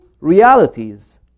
realities